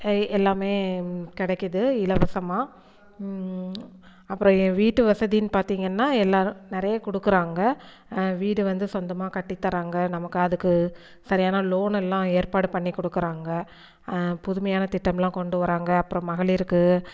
எ எல்லாமே கிடைக்குது இலவசமாக அப்புறம் என் வீட்டு வசதின்னு பார்த்திங்கன்னா எல்லாரும் நிறையா கொடுக்குறாங்க வீடு வந்து சொந்தமாக கட்டித்தராங்கள் நமக்கு அதுக்கு சரியான லோன் எல்லாம் ஏற்பாடு பண்ணி கொடுக்குறாங்க புதுமையான திட்டம்லாம் கொண்டு வராங்கள் அப்புறம் மகளிருக்கு